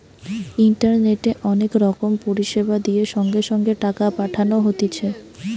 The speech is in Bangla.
ইন্টারনেটে অনেক রকম পরিষেবা দিয়ে সঙ্গে সঙ্গে টাকা পাঠানো হতিছে